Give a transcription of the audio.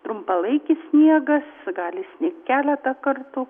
trumpalaikis sniegas gali sni keletą kartų